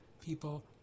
people